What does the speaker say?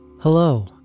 Hello